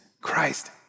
Christ